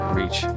reach